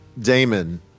Damon